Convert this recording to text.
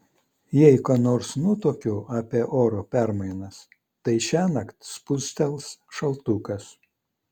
jei ką nors nutuokiu apie oro permainas tai šiąnakt spustels šaltukas